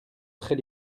très